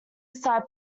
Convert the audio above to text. side